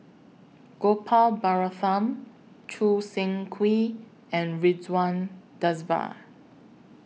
Gopal Baratham Choo Seng Quee and Ridzwan Dzafir